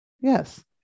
yes